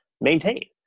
maintain